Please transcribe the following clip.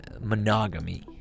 monogamy